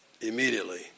immediately